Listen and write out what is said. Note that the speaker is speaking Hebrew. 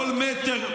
כל מטר,